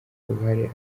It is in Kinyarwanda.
ruhare